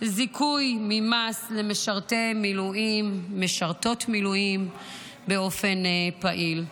זיכוי מס למשרתים במילואים ומשרתות מילואים באופן פעיל.